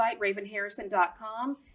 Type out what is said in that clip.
ravenharrison.com